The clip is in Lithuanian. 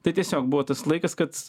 tai tiesiog buvo tas laikas kad